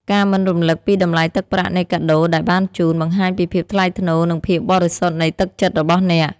ការមិនរំលឹកពីតម្លៃទឹកប្រាក់នៃកាដូដែលបានជូន បង្ហាញពីភាពថ្លៃថ្នូរ និងភាពបរិសុទ្ធនៃទឹកចិត្តរបស់អ្នក។